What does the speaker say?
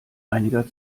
einiger